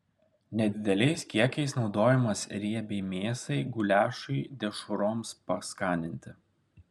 nedideliais kiekiais naudojamas riebiai mėsai guliašui dešroms paskaninti